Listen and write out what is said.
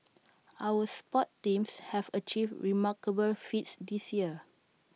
our sports teams have achieved remarkable feats this year